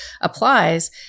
applies